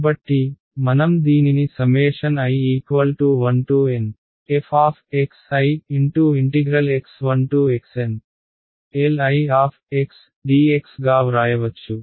కాబట్టి మనం దీనిని i1Nfx1xNLidx గా వ్రాయవచ్చు